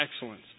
excellence